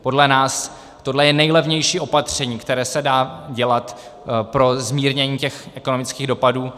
Podle nás tohle je nejlevnější opatření, které se dá dělat pro zmírnění ekonomických dopadů.